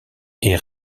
est